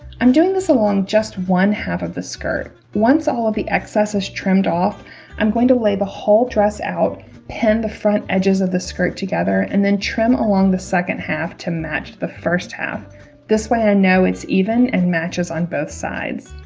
i'm doing this along just one half of the skirt once all of the excess is trimmed off i'm going to lay the whole dress out pin the front edges of the skirt together and then trim along the second half to match the first half this way i know it's even and matches on both sides